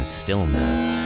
stillness